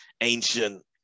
ancient